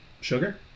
Sugar